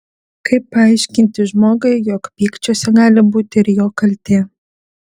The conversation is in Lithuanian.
kaip paaiškinti žmogui jog pykčiuose gali būti ir jo kaltė